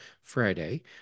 Friday